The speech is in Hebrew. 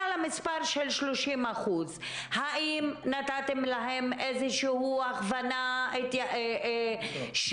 למספר של 30%. האם נתתם להם איזושהי הכוונה שייקחו